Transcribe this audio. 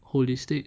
holistic